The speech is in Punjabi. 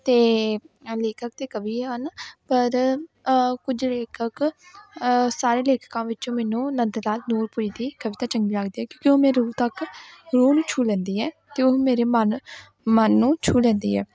ਅਤੇ ਲੇਖਕ ਅਤੇ ਕਵੀ ਹਨ ਪਰ ਕੁਝ ਲੇਖਕ ਸਾਰੇ ਲੇਖਕਾਂ ਵਿੱਚੋਂ ਮੈਨੂੰ ਨੰਦ ਲਾਲ ਨੂਰਪੁਰੀ ਦੀ ਕਵਿਤਾ ਚੰਗੀ ਲੱਗਦੀ ਹੈ ਕਿਉਂਕਿ ਉਹ ਮੇਰੀ ਰੂਹ ਤੱਕ ਰੂਹ ਨੂੰ ਛੂਹ ਲੈਂਦੀ ਹੈ ਅਤੇ ਉਹ ਮੇਰੇ ਮਨ ਮਨ ਨੂੰ ਛੂਹ ਲੈਂਦੀ ਹੈ